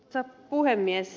arvoisa puhemies